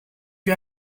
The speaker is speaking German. wir